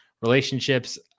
relationships